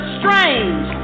strange